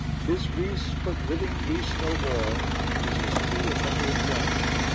tis greece, but living greece no more is as true as ever it was.